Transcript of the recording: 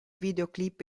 videoclip